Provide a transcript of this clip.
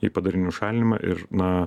į padarinių šalinimą ir na